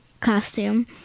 costume